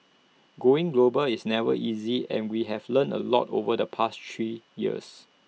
going global is never easy and we have learned A lot over the past three years